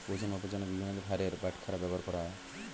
ওজন মাপার জন্য বিভিন্ন ভারের বাটখারা ব্যবহার করা হয়